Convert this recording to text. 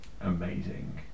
amazing